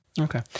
Okay